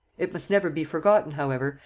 it must never be forgotten, however,